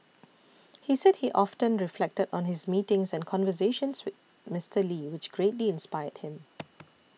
he said he often reflected on his meetings and conversations with Mister Lee which greatly inspired him